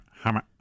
hammer